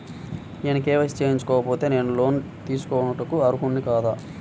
నేను కే.వై.సి చేయించుకోకపోతే నేను లోన్ తీసుకొనుటకు అర్హుడని కాదా?